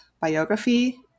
biography